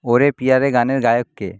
ওরে প্রিয়া রে গানের গায়ক কে